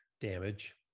damage